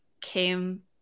came